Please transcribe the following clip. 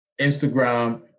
Instagram